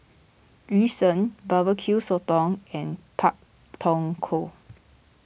Yu Sheng Barbecue Sotong and Pak Thong Ko